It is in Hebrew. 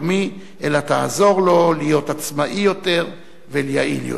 אלא תעזור לו להיות עצמאי יותר ויעיל יותר.